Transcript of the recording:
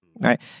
right